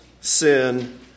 sin